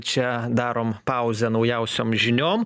čia darom pauzę naujausiom žiniom